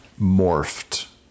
morphed